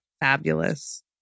Fabulous